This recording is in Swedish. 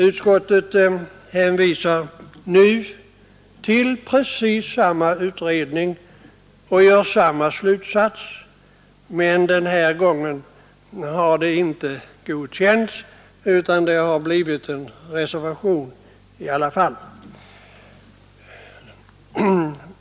Utskottet hänvisar nu till samma utredning och drar samma slutsats, men den här gången är inte utskottet enigt, utan nu finns det en reservation i alla fall.